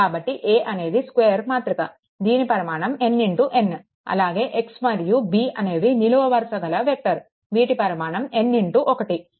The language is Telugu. కాబట్టి A అనేది స్క్వేర్ మాతృక దీని పరిమాణం n n అలాగే X మరియు B అనేవి నిలువు వరుస గల వెక్టర్ వీటి పరిమాణం n 1